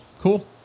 cool